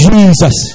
Jesus